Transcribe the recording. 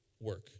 work